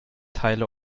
teile